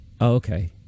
okay